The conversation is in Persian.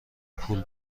پول